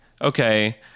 okay